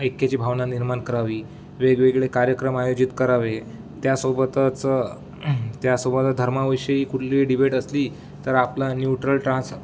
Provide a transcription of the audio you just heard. ऐक्याची भावना निर्माण करावी वेगवेगळे कार्यक्रम आयोजित करावे त्यासोबतच त्यासोबत धर्माविषयी कुठली डिबेट असली तर आपला न्यूट्रल ट्रान्स